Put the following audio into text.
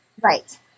Right